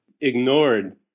ignored